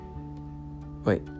wait